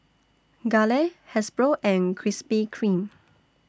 Gelare Hasbro and Krispy Kreme